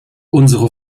unsere